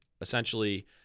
essentially